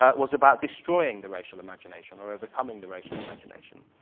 ah was about destroying the racial imagination or overcoming the racial imagination.